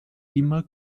immer